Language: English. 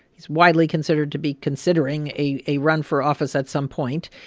he's widely considered to be considering a a run for office at some point.